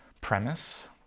premise